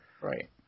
Right